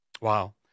Wow